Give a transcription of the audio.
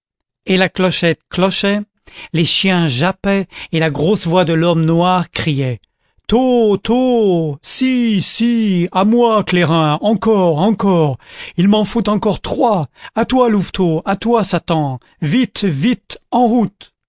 et la clochette clochait les chiens jappaient et la grosse voix de l'homme noir criait tôt tôt ci ci à moi clairin encore encore il m'en faut encore trois à toi louveteau à toi satan vite vite en route